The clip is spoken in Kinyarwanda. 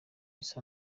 issa